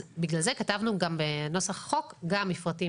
אז בגלל זה כתבנו גם בנוסח החוק גם מפרטים